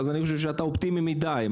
לדעתי, אתה אופטימי מדי.